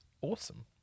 awesome